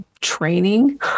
training